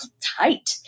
tight